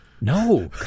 No